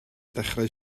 ddechrau